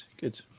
good